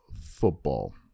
football